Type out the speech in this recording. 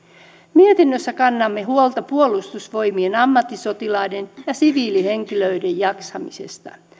mietinnössä kannamme huolta puolustusvoimien ammattisotilaiden ja siviilihenkilöiden jaksamisesta